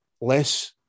less